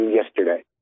yesterday